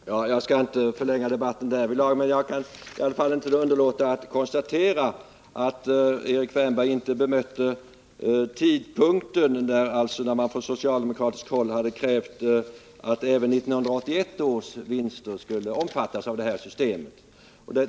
Fru talman! Jag skall inte förlänga debatten i denna fråga. Men jag kan i alla fall inte underlåta att konstatera att Erik Wärnberg inte gjorde något bemötande i frågan om tidpunkten, när man från socialdemokratiskt håll hade krävt att även 1981 års vinster skulle omfattas av detta system.